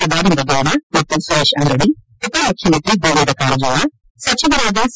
ಸದಾನಂದಗೌಡ ಮತ್ತು ಸುರೇಶ್ ಅಂಗದಿ ಉಪಮುಖ್ಯಮಂತಿ ಗೋವಿಂದ ಕಾರಜೋಳ ಸಚಿವರಾದ ಸಿ